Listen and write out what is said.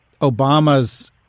Obama's